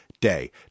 day